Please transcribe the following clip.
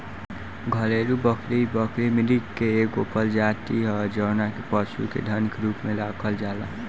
घरेलु बकरी, बकरी मृग के एगो प्रजाति ह जवना के पशु के धन के रूप में राखल जाला